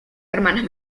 hermanas